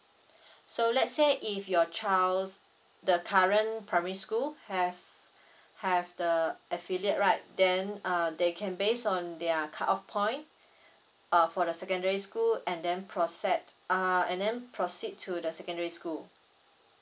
so let's say if your child's the current primary school have have the affiliate right then uh they can base on their cutoff point ah for the secondary school and then proceed ah and then proceed to the secondary school